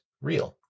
real